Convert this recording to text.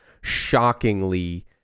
Shockingly